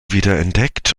wiederentdeckt